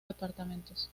departamentos